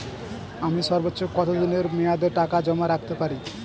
আমি সর্বোচ্চ কতদিনের মেয়াদে টাকা জমা রাখতে পারি?